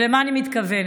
ולמה אני מתכוונת?